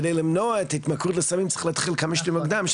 כדי למנוע את ההתמכרות הסמים צריך להתחיל כמה שיותר מוקדם,